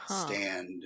stand